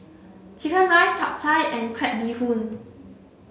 chicken rice Chap Chai and Crab Bee Hoon